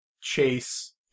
chase